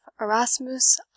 Erasmus